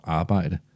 arbejde